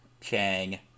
Chang